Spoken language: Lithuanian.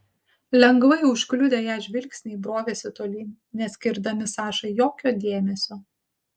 lengvai užkliudę ją žvilgsniai brovėsi tolyn neskirdami sašai jokio dėmesio